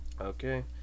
Okay